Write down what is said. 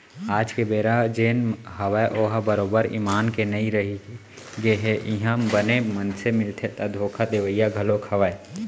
आज के बेरा जेन हवय ओहा बरोबर ईमान के नइ रहिगे हे इहाँ बने मनसे मिलथे ता धोखा देवइया घलोक हवय